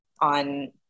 on